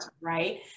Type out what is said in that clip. right